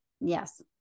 Yes